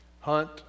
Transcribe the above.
Hunt